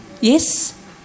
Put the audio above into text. Yes